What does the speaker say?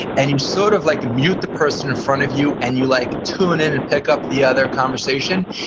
and you sort of like mute the person in front of you and you like tune in and pick up the other conversation,